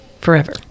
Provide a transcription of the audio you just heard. forever